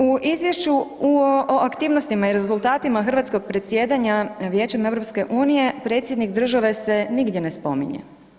U izvješću o aktivnostima i rezultatima hrvatskog predsjedanja Vijećem EU predsjednik države se nigdje ne spominje.